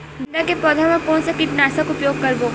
गेंदा के पौधा म कोन से कीटनाशक के उपयोग करबो?